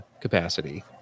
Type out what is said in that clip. capacity